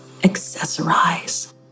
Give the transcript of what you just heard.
accessorize